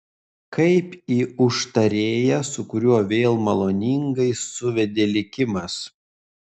kaip į užtarėją su kuriuo vėl maloningai suvedė likimas